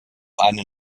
eine